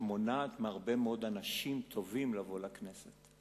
מונעת מהרבה מאוד אנשים טובים לבוא לכנסת.